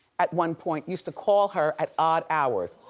at one point used to call her at odd hours,